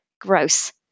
gross